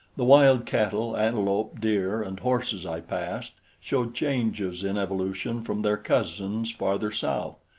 the wild cattle, antelope, deer, and horses i passed showed changes in evolution from their cousins farther south.